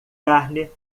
carne